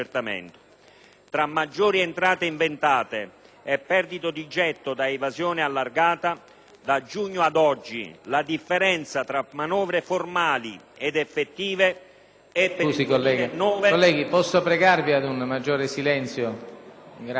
tra maggiori entrate inventate e perdite di gettito da evasione allargata, da giugno ad oggi la differenza tra manovre formali ed effettive è per il 2009